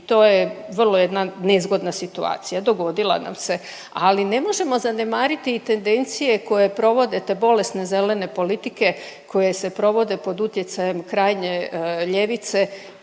i to je vrlo jedna nezgodna situacija. Dogodila nam se, ali ne možemo zanemariti i tendencije koje provode te bolesne zelene politike koje se provode pod utjecajem krajnje ljevice